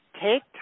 take